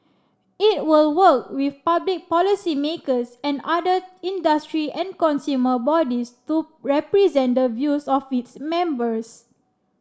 it will work with public policymakers and other industry and consumer bodies to represent the views of its members